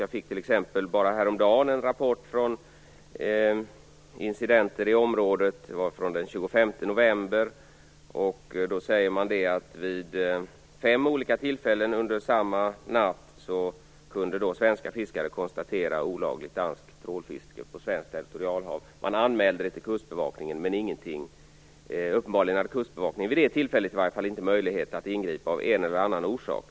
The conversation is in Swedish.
Jag fick t.ex. bara häromdagen en rapport om incidenter i området; det var från den 25 november. Man säger att svenska fiskare vid fem olika tillfällen samma natt kunde konstatera olagligt danskt trålfiske på svenskt territorialhav. Man anmälde det till kustbevakningen, men uppenbarligen hade denna vid det tillfället inte möjlighet att ingripa av en eller annan orsak.